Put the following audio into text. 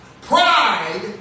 Pride